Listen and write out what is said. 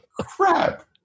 crap